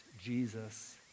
Jesus